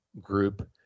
group